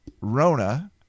Rona